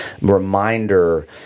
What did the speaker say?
reminder